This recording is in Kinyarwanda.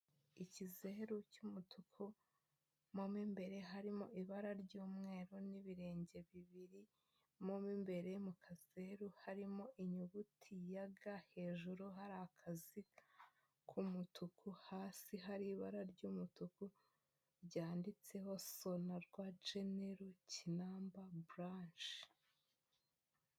Ikizeru cy'umutuku, mo mu imbere harimo ibara ry'umweru n'ibirenge bibiri, mo mu imbere mu kazeru harimo inyuguti ya ga, hejuru hari akaziga k'umutuku, hasi hari ibara ry'umutuku ryanditseho Sonarwa jenero Kinamba buranshi.